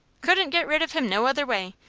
couldn't get rid of him no other way.